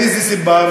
מאיזו סיבה?